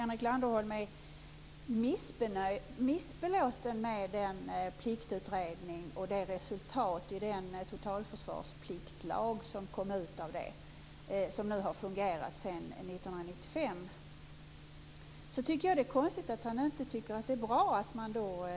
Henrik Landerholm är missbelåten med Pliktutredningen och den totalförsvarspliktlag som kom fram genom den och som fungerat sedan 1995. Därför är det konstigt att han inte tycker att det är bra att man nu